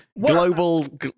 global